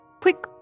Quick